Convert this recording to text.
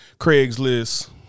Craigslist